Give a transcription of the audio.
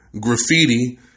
graffiti